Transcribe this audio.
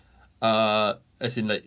err as in like